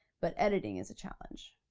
but editing is a challenge,